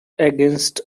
against